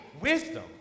wisdom